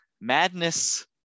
madness